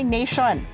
Nation